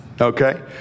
Okay